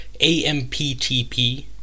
AMPTP